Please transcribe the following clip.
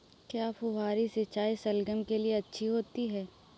क्या फुहारी सिंचाई शलगम के लिए अच्छी होती है?